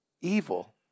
Evil